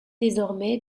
désormais